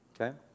Okay